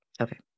Okay